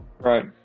Right